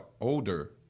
older